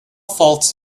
faults